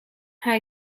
hij